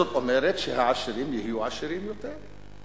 זה אומר שהעשירים יהיו עשירים יותר.